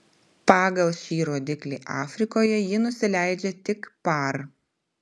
pagal šį rodiklį afrikoje ji nusileidžia tik par